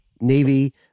Navy